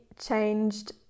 changed